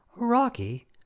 Rocky